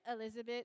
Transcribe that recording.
Elizabeth